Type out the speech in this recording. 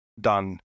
done